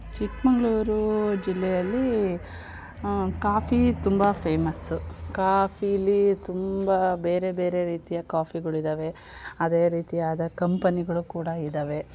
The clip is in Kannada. ಚಿಕ್ಕಮಂಗ್ಳೂರು ಜಿಲ್ಲೆಯಲ್ಲಿ ಕಾಫಿ ತುಂಬ ಫೇಮಸ್ಸು ಕಾಫೀಲಿ ತುಂಬ ಬೇರೆ ಬೇರೆ ರೀತಿಯ ಕಾಫಿಗಳಿದ್ದಾವೆ ಅದೇ ರೀತಿಯಾದ ಕಂಪನಿಗಳು ಕೂಡ ಇದ್ದಾವೆ